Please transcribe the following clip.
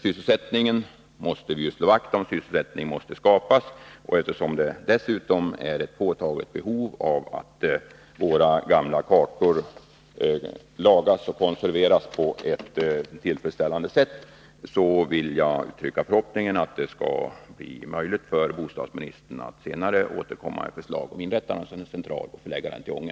Sysselsättning måste ju skapas, och då det dessutom finns ett påtagligt behov av en tillfredsställande lagning och konservering av våra gamla kartor, vill jag uttrycka förhopp ningen att bostadsministern senare kan återkomma med förslag om inrättande av en central i Ånge.